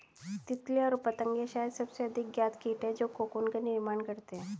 तितलियाँ और पतंगे शायद सबसे अधिक ज्ञात कीट हैं जो कोकून का निर्माण करते हैं